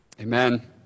Amen